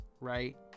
right